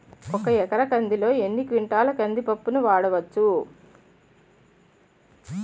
ఒక ఎకర కందిలో ఎన్ని క్వింటాల కంది పప్పును వాడచ్చు?